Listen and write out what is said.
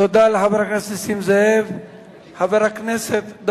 תודה לחבר הכנסת נסים זאב.